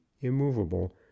immovable